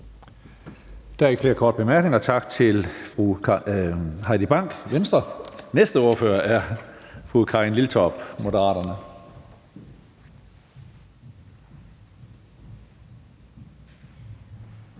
Der er ikke flere korte bemærkninger. Tak til fru Heidi Bank, Venstre. Næste ordfører er fru Karin Liltorp, Moderaterne.